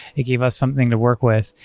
it gave us something to work with.